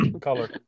color